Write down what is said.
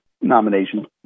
nomination